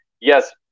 Yes